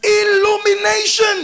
illumination